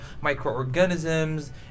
microorganisms